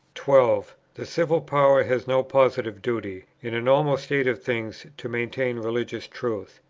twelve. the civil power has no positive duty, in a normal state of things, to maintain religious truth.